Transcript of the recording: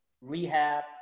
rehab